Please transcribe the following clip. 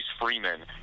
Freeman